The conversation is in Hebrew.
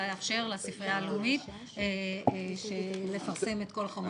לאפשר לספרייה הלאומית לפרסם את כל החומרים שאצלה.